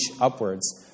upwards